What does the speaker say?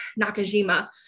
Nakajima